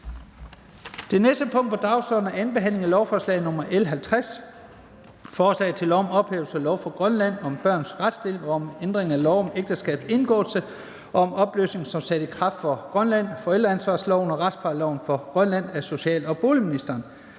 Det næste punkt på dagsordenen er: 15) 2. behandling af lovforslag nr. L 50: Forslag til lov om ophævelse af lov for Grønland om børns retsstilling og om ændring af lov om ægteskabs indgåelse og opløsning som sat i kraft for Grønland, forældreansvarsloven og retsplejelov for Grønland. (Ændringer